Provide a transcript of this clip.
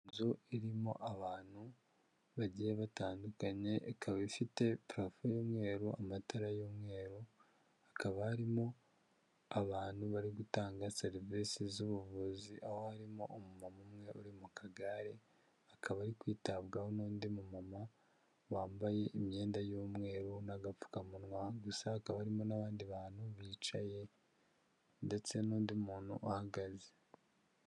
Iyi nzu irimo abantu bagiye batandukanye, ikaba ifite parafo y'umweru, amatara y'umweru hakaba harimo abantu bari gutanga serivisi z'ubuvuzi ,aho harimo umu mama umwe uri mu kagare, akaba ari kwitabwaho n'undi mu mama wambaye imyenda y'umweru n'agapfukamunwa, gusa hakabamo n'abandi bantu bicaye ndetse n'undi muntu uhagaze.